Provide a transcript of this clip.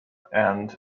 and